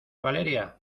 valeria